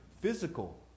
physical